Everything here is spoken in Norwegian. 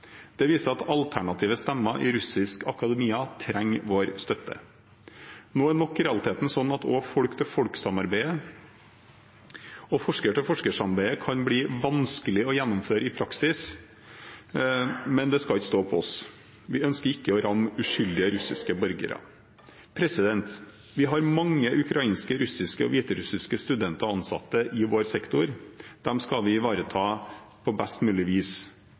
Det viser at alternative stemmer i russisk akademia trenger vår støtte. Nå er nok realiteten sånn at også folk-til-folk-samarbeidet og forsker-til-forsker-samarbeidet kan bli vanskelig å gjennomføre i praksis, men det skal ikke stå på oss, vi ønsker ikke å ramme uskyldige russiske borgere. Vi har mange ukrainske, russiske og hviterussiske studenter og ansatte i vår sektor, og dem skal vi ivareta på best mulig vis.